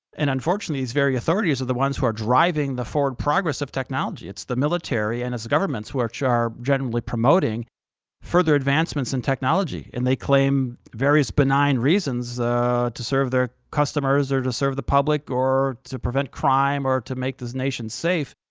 and unfortunately, these very authorities are the ones who are driving the forward progress of technology. it's the military and it's the governments which are generally promoting further advancements in technology, and they claim various benign reasons to serve their customers, or to serve the public, or to prevent crime, or to make the nation safe,